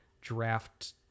draft